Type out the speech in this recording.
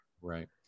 right